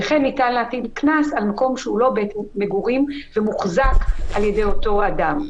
וכן ניתן להטיל קנס על מקום שהוא לא בית מגורים ומוחזק על ידי אותו אדם.